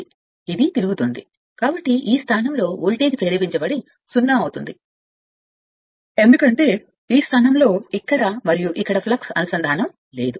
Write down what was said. కాబట్టి ఇది తిరుగుతోంది కాబట్టి ఈ స్థానంలో వోల్టేజ్ ప్రేరేపించబడి 0 అవుతుంది ఎందుకంటే ఈ స్థానంలో ఇక్కడ మరియు ఇక్కడ ఫ్లక్స్ అనుసంధానం లేదు